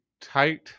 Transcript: tight